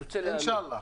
אינשאללה.